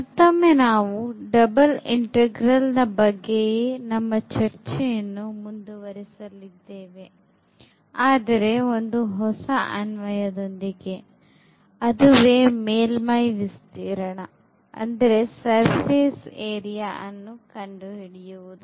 ಮತ್ತೊಮ್ಮೆ ನಾವು double integral ಬಗ್ಗೆಯೇ ನಮ್ಮ ಚರ್ಚೆಯನ್ನು ಮುಂದುವರಿಸಲಿದ್ದೇವೆ ಆದರೆ ಒಂದು ಹೊಸ ಅನ್ವಯ ದೊಂದಿಗೆ ಅದುವೇ ಮೇಲ್ಮೈ ವಿಸ್ತೀರ್ಣವನ್ನು ಕಂಡು ಹಿಡಿಯುವುದು